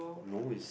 no is